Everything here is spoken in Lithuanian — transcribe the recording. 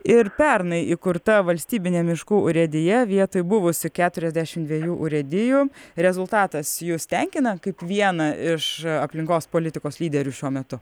ir pernai įkurta valstybinė miškų urėdija vietoj buvusių keturiasdešim dviejų urėdijų rezultatas jus tenkina kaip vieną iš aplinkos politikos lyderių šiuo metu